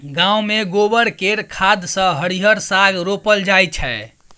गांव मे गोबर केर खाद सँ हरिहर साग रोपल जाई छै